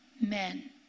Men